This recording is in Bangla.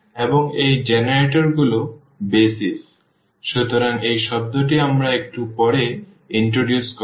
এবং এই জেনারেটর গুলো বেসিস সুতরাং এই শব্দটি আমরা একটু পরে প্রবর্তন করব